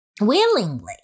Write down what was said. Willingly